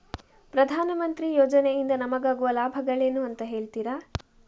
ಪ್ರಧಾನಮಂತ್ರಿ ಯೋಜನೆ ಇಂದ ನಮಗಾಗುವ ಲಾಭಗಳೇನು ಅಂತ ಹೇಳ್ತೀರಾ?